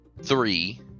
three